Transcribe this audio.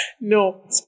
No